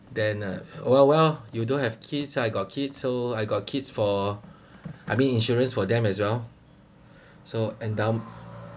then uh oh well you don't have kids I got kid so I got kids for I mean insurance for them as well so endown~